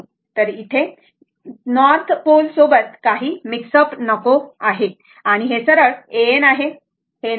तर तेथे ते नॉर्थ पोल सोबत काही मिक्सअप नको आहे आणि हे सरळ AN आहे बरोबर